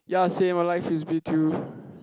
ya same I like frisbee too